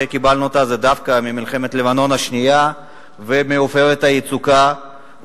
קיבלנו אותה דווקא ממלחמת לבנון השנייה ומ"עופרת יצוקה".